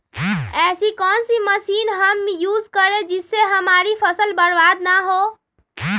ऐसी कौन सी मशीन हम यूज करें जिससे हमारी फसल बर्बाद ना हो?